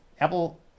Apple